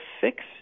fix